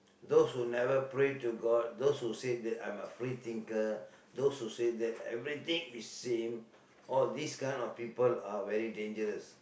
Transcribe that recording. those who never pray to god those who say that I'm a free thinker those who say that everything is same all these kind of people are very dangerous